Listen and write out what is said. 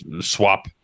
swap